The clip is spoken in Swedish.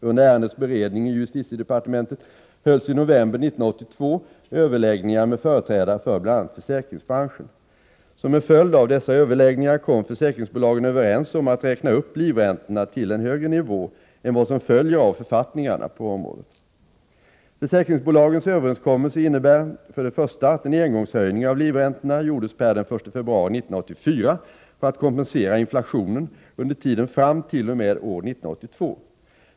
Under ärendets beredning i justitiedepartementet hölls i november 1982 överläggningar med företrädare för bl.a. försäkringsbranschen. Som en följd av dessa överläggningar kom försäkringsbolagen överens om att räkna upp livräntorna till en högre nivå än vad som följer av författningarna på området. Försäkringsbolagens överenskommelse innebär för det första att en engångshöjning av livräntorna gjordes per den 1 februari 1984 för att kompensera inflationen under tiden fram t.o.m. år 1982.